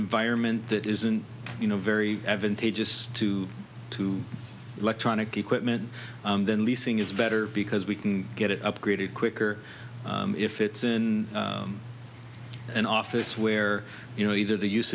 environment that isn't you know very advantageous to to electronic equipment then leasing is better because we can get it upgraded quicker if it's in an office where you know either the us